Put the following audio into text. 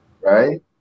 right